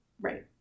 right